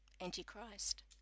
anti-christ